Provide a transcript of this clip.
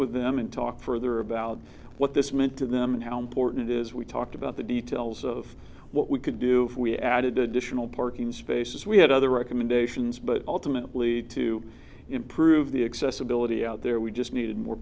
with them and talk further about what this meant to them and how important it is we talked about the details of what we could do if we added additional parking spaces we had other recommendations but ultimately to improve the excess ability out there we just needed more